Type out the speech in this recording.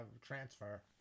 transfer